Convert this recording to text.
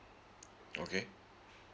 okay